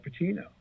Pacino